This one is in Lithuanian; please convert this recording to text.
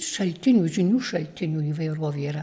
šaltinių žinių šaltinių įvairovė yra